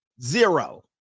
zero